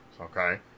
Okay